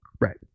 Right